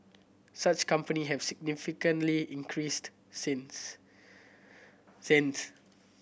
such company have significantly increased since since